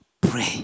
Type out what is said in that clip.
pray